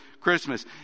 Christmas